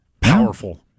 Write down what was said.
Powerful